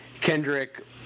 Kendrick